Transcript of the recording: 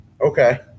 Okay